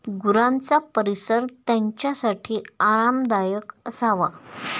गुरांचा परिसर त्यांच्यासाठी आरामदायक असावा